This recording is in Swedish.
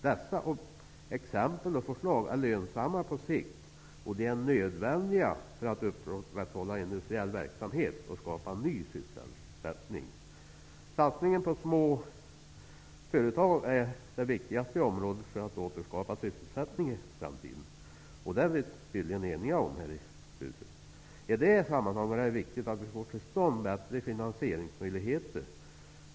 Dessa exempel och förslag är lönsamma på sikt. De är nödvändiga för att upprätthålla industriell verksamhet och skapa ny sysselsättning. Satsningar på småföretag är det viktigaste området för att återskapa sysselsättning i framtiden, det är vi tydligen eniga om här i riksdagen. I det sammanhanget är det viktigt att vi får till stånd bättre finansieringsmöjligheter.